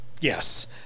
Yes